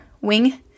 wing